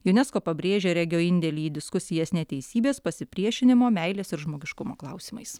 unesco pabrėžia regio indėlį į diskusijas neteisybės pasipriešinimo meilės ir žmogiškumo klausimais